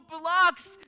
blocks